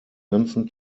ganzen